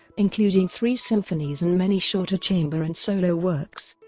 including three symphonies and many shorter chamber and solo works.